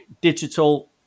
digital